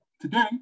Today